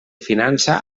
finança